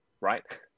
right